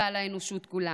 ועל האנושות כולה.